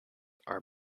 are